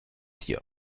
hier